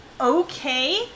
okay